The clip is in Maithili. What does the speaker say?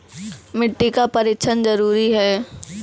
मिट्टी का परिक्षण जरुरी है?